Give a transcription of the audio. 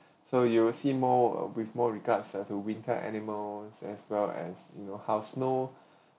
so you'll see more uh with more regards uh to winter animals as well as you know how snow